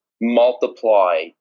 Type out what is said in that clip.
multiply